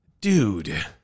dude